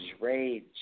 rage